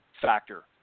factor